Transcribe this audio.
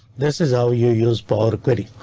this is how you use power query.